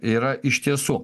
yra iš tiesų